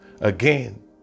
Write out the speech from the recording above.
Again